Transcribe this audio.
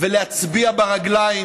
ולהצביע ברגליים,